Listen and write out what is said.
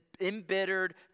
embittered